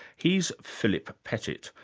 he's philip pettit,